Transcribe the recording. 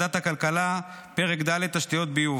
ועדת הכלכלה: (1) פרק ד' תשתיות ביוב.